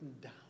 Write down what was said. down